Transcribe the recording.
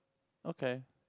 okay